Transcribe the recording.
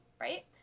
right